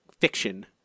fiction